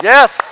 Yes